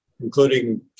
including